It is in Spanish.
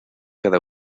cada